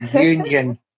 Union